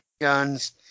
guns